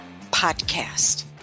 podcast